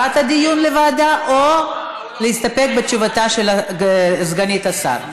הדיון לוועדה או להסתפק בתשובתה של סגנית השר.